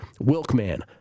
Wilkman